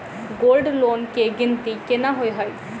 Gold loan केँ गिनती केना होइ हय?